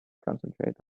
concentrate